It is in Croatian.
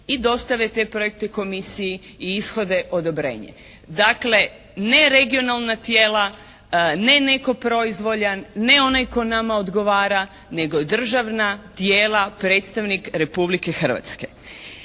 i dostave te projekte komisiji i ishode odobrenje. Dakle, ne regionalna tijela, ne netko proizvoljan, ne onaj tko nama odgovara nego državna tijela predstavnik Republike Hrvatske.